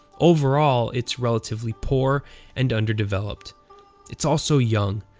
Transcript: overall, it's relatively poor and underdeveloped it's also young.